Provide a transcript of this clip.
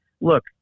look